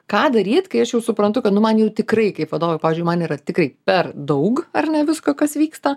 ką daryt kai aš jau suprantu kad nu man jau tikrai kaip vadovui pavyzdžiui man yra tikrai per daug ar ne visko kas vyksta